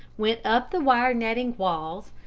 went up the wire-netting walls,